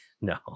no